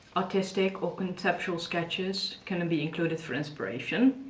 artistic or conceptual sketches can be included for inspiration,